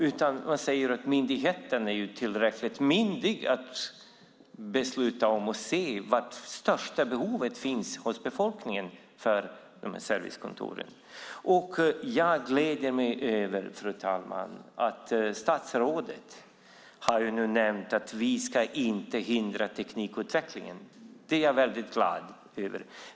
I stället säger man att myndigheten är tillräckligt myndig för att se och besluta om var de största behoven av servicekontor finns. Jag gläder mig över, fru talman, att statsrådet nämnde att vi inte ska hindra teknikutvecklingen. Det är jag väldigt glad över.